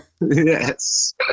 Yes